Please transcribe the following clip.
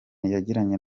yagiranye